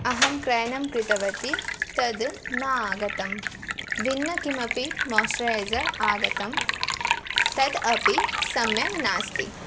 अहं क्रयणं कृतवती तद् न आगतं भिन्नं किमपि माश्चरैज़र् आगतं तद् अपि सम्यग् नास्ति